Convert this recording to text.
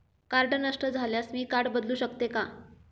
Card नष्ट झाल्यास मी कार्ड बदलू शकते का?